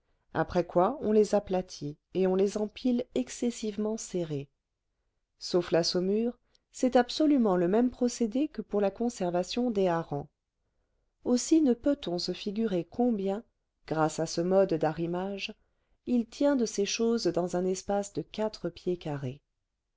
après quoi on les aplatit et on les empile excessivement serrés sauf la saumure c'est absolument le même procédé que pour la conservation des harengs aussi ne peut-on se figurer combien grâce à ce mode d'arrimage il tient de ces choses dans un espace de quatre pieds carrés